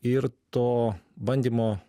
ir to bandymo